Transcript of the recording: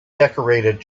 decorated